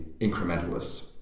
incrementalists